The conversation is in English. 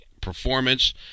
performance